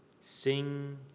sing